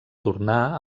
tornà